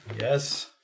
Yes